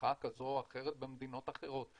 בהצלחה כזו או אחרת במדינות אחרות.